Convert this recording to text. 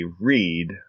read